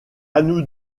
nous